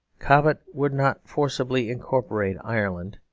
cobbett would not forcibly incorporate ireland,